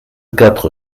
quatre